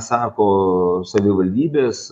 sako savivaldybės